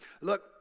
Look